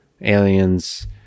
aliens